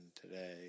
today